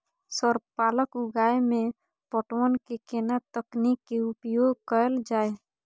Sir पालक उगाव में पटवन के केना तकनीक के उपयोग कैल जाए?